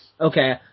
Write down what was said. okay